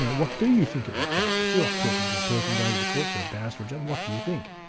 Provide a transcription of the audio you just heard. yeah what do you think about justice? you're off talking to a person going to the courts, or a barrister. and what do you think?